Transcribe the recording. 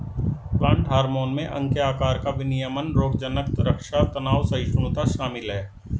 plant hormone में अंग के आकार का विनियमन रोगज़नक़ रक्षा तनाव सहिष्णुता शामिल है